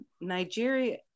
Nigeria